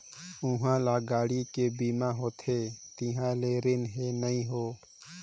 उहां ल गाड़ी के बीमा होथे तिहां ले रिन हें नई हों